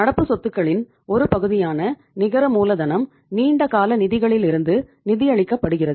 நடப்பு சொத்துகளின் ஒரு பகுதியான நிகர மூலதனம் நீண்ட கால நிதிகளிலிருந்து நிதியளிக்கப்படுகிறது